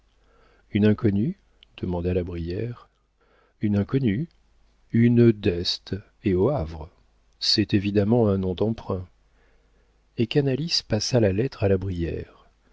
une inconnue demanda la brière une inconnue une d'este et au havre c'est évidemment un nom d'emprunt et canalis passa la lettre à la brière